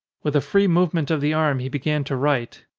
with a free move ment of the arm he began to write.